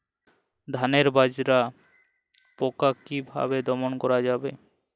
ধানের মাজরা পোকা কি ভাবে দমন করা যাবে?